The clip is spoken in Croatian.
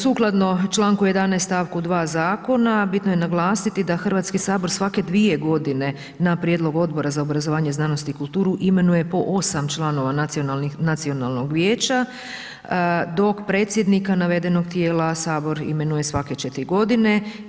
Sukladno članku 11. stavku 2. zakona bitno je naglasiti da Hrvatski sabor svake 2 godine na prijedlog Odbora za obrazovanje, znanost i kulturu imenuje po 8 članova Nacionalnog vijeća dok predsjednika Navedenog tijela Sabor imenuje svake 4 godine.